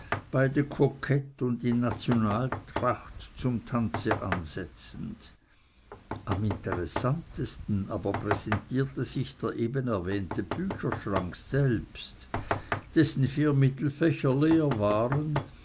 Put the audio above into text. beide kokett und in nationaltracht zum tanze ansetzend am interessantesten aber präsentierte sich der eben erwähnte bücherschrank selbst dessen vier mittelfächer leer waren